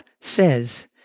says